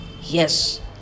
Yes